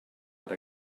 per